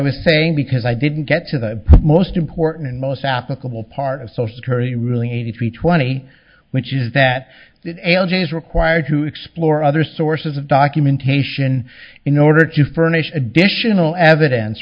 was saying because i didn't get to the most important and most applicable part of so scary really a three twenty which is that that algae is required to explore other sources of documentation in order to furnish additional evidence